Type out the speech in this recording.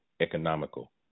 economical